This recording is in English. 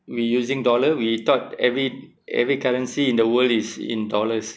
we using dollar we thought every every currency in the world is in dollars